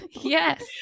yes